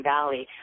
Valley